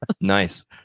Nice